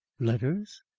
letters?